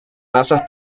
masas